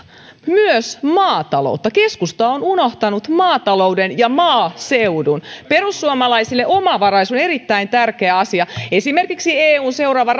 myös maataloutta keskusta on unohtanut maatalouden ja maaseudun perussuomalaisille omavaraisuus on erittäin tärkeä asia esimerkiksi eun seuraava